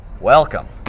Welcome